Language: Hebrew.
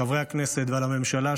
חברי הכנסת ועל הממשלה,